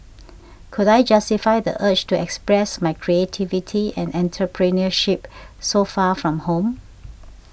could I justify the urge to express my creativity and entrepreneurship so far from home